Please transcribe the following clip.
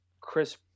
Chris